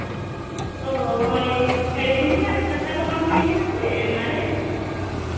ᱚᱸᱻ ᱦᱳᱭ ᱟᱹᱰᱤ ᱫᱤᱱ ᱠᱷᱚᱱᱟᱜ ᱠᱟᱛᱷᱟ ᱠᱚ ᱵᱟᱝ ᱦᱩᱭ ᱠᱟᱱᱟ ᱥᱮ ᱚᱱᱟᱨᱮ